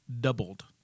doubled